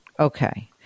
Okay